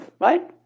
right